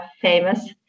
famous